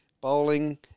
bowling